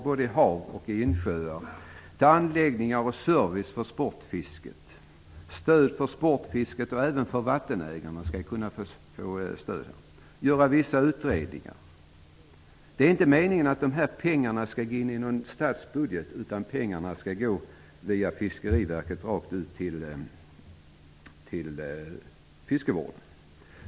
Pengarna skall gå till anläggningar och service till sportfisket. Även vattenägarna skall få stöd. Vissa utredningar skall göras. Det är inte meningen att pengarna skall gå in i statsbudgeten, utan pengarna skall gå via Fiskeriverket direkt till fiskevården.